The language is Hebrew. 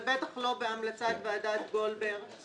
ובטח לא בהמלצת ועדת גולדברג,